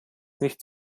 nicht